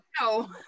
no